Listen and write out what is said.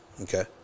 okay